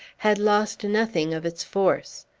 had lost nothing of its force.